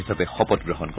হিচাপে শপতগ্ৰহণ কৰে